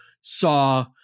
saw